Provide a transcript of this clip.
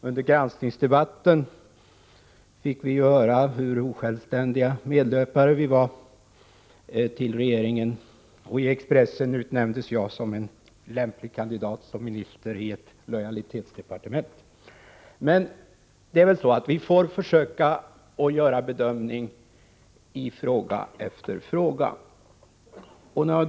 Under granskningsarbetet fick vi ju höra vilka osjälvständiga medlöpare vi var till regeringen. I Expressen utnämndes jag till kandidat lämplig för en post som minister i ett lojalitetsdepartement. Det är väl så att vi får försöka att göra bedömningar i fråga för fråga.